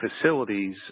facilities